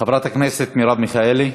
חברת הכנסת מרב מיכאלי.